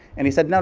and he said, no,